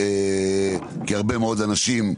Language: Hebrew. כי הרבה מאוד אנשים,